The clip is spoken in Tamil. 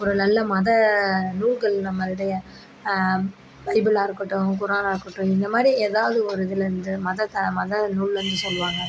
ஒரு நல்ல மத நூல்கள் நம்மளுடைய பைபிளாக இருக்கட்டும் குரானாக இருக்கட்டும் இந்தமாதிரி ஏதாது ஒரு இதில் இந்த மத மத நூலுன்னு சொல்வாங்க